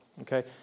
okay